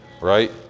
Right